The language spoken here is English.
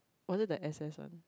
was it the s_s one